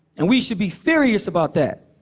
and we should be furious about that.